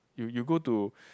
you you go to